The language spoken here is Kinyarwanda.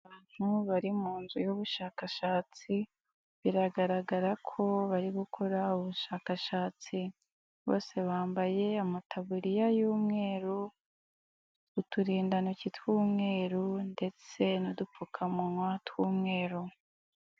Abantu bari mu nzu y'ubushakashatsi, biragaragara ko bari gukora ubushakashatsi, bose bambaye amataburiya y'umweru, uturindantoki tw'umweru ndetse n'udupfukamunwa tw'umweru.